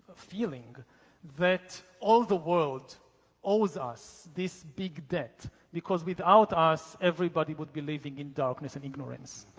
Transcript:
feeling that all the world owes us this big debt because without us, everybody would be living in darkness and ignorance.